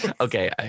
Okay